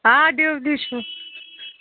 آ ڈِو تہِ چھُ